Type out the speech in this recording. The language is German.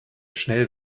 schnell